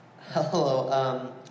Hello